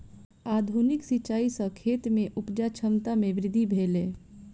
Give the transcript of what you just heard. आधुनिक सिचाई सॅ खेत में उपजा क्षमता में वृद्धि भेलै